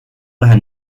lõhe